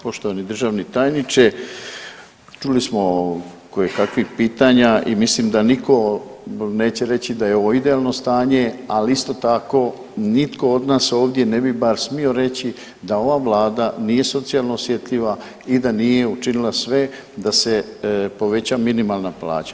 Poštovani državni tajniče, čuli smo koje kakvih pitanja i mislim da nitko neće reći da je ovo idealno stanje, ali isto tako nitko od nas ovdje ne bi bar smio reći da ova vlada nije socijalno osjetljiva i da nije učinila sve da se poveća minimalna plaća.